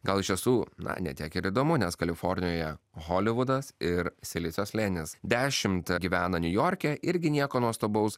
gal iš tiesų na ne tiek ir įdomu nes kalifornijoje holivudas ir silicio slėnis dešimt gyvena niujorke irgi nieko nuostabaus